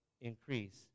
increase